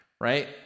Right